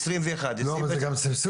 2021 --- לא, אבל זה גם סבסוד.